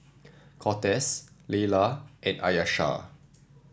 Cortez Laylah and Ayesha